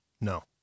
No